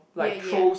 ya ya